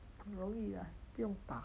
容易啊不用打